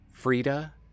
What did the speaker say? Frida